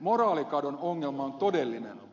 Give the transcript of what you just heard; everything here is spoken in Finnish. moraalikadon ongelma on todellinen